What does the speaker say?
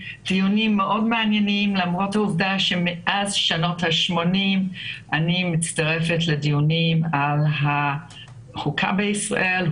מאז שנות ה-80 אני מצטרפת לדיונים על חוקה בישראל,